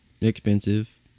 expensive